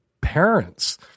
parents